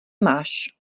máš